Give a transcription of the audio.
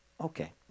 Okay